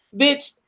Bitch